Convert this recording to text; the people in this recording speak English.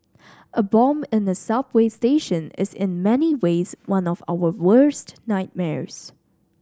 a bomb in a subway station is in many ways one of our worst nightmares